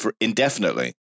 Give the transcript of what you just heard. indefinitely